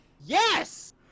Yes